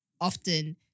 often